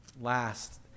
last